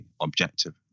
objective